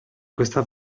questa